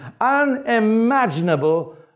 unimaginable